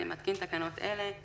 אני מתקין תקנות אלה: